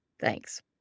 Thanks